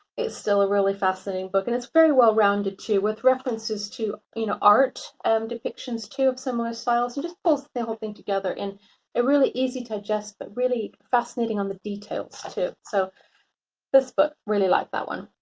it's still a really fascinating book and it's very well rounded too, with references to you know art and depictions to have similar styles and just pulls the whole thing together. and it really easy to adjust, but really fascinating on the details too. so this book, really like that one.